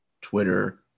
Twitter